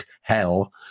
hell